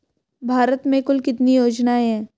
भारत में कुल कितनी योजनाएं हैं?